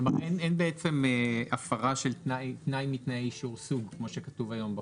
כלומר אין בעצם הפרה של תנאי מתנאי אישור סוג כמו שכתוב היום בחוק.